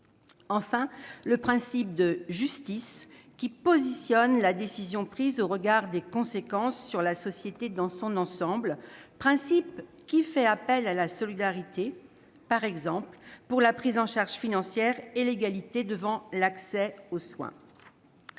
enfin, la justice, qui place la décision prise au regard des conséquences sur la société dans son ensemble, principe qui fait appel à la solidarité, par exemple pour la prise en charge financière et l'égalité devant l'accès aux soins.